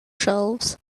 shelves